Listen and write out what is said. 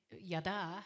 yada